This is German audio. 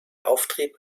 auftrieb